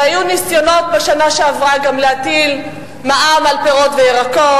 והיו ניסיונות בשנה שעברה גם להטיל מע"מ על פירות וירקות.